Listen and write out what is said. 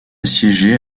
siéger